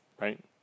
right